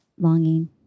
longing